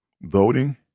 voting